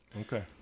Okay